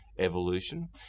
Evolution